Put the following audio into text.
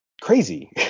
crazy